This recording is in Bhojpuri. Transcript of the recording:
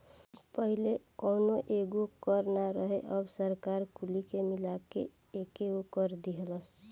पहिले कौनो एगो कर ना रहे अब सरकार कुली के मिला के एकेगो कर दीहलस